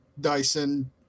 Dyson